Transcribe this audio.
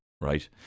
right